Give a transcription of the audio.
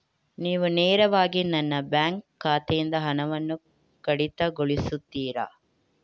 ನೀವು ನೇರವಾಗಿ ನನ್ನ ಬ್ಯಾಂಕ್ ಖಾತೆಯಿಂದ ಹಣವನ್ನು ಕಡಿತಗೊಳಿಸುತ್ತೀರಾ?